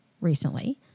recently